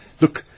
Look